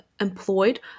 employed